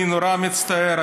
אני נורא מצטער.